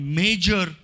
major